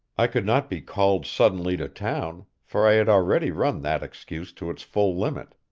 i could not be called suddenly to town, for i had already run that excuse to its full limit.